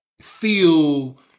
feel